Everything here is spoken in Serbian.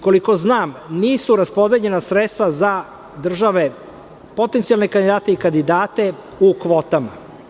Koliko znam, nisu raspodeljena sredstva za države potencijalne kandidate i kandidate u kvotama.